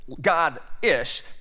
God-ish